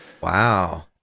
Wow